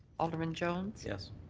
alderman jones. yes.